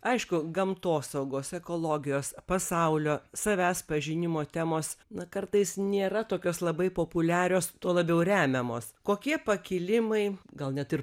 aišku gamtosaugos ekologijos pasaulio savęs pažinimo temos na kartais nėra tokios labai populiarios tuo labiau remiamos kokie pakilimai gal net ir